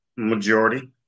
majority